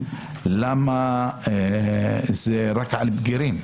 למה זה רק על בגירים.